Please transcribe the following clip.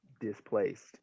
displaced